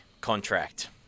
contract